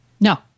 No